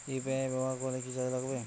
UPI ব্যবহার করলে কি চার্জ লাগে?